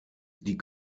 die